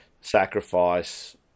sacrifice